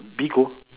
Bigo